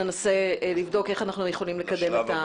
ננסה לבדוק איך אנחנו יכולים לקדם את זה.